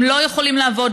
הם לא יכולים לעבוד,